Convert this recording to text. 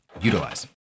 utilize